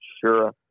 Sure